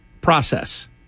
process